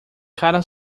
cara